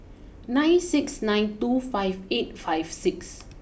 nine six nine two five eight five six